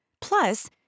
Plus